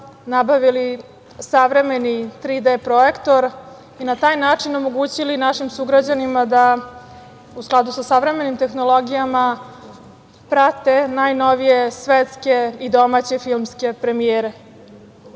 nabavili savremeni 3D projektor i na taj način omogućili našim sugrađanima da, u skladu sa savremenim tehnologijama, prate najnovije svetske i domaće filmske premijere. Takođe,